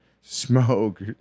smoke